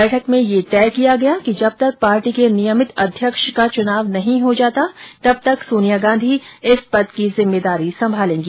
बैठक में यह तय किया गया कि जब तक पार्टी के नियमित अध्यक्ष का चुनाव नहीं हो जाता तब तक सोनिया गांधी इस पद की जिम्मेदारी संभालेगी